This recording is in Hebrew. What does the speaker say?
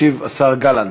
ישיב השר גלנט.